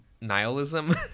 nihilism